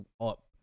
up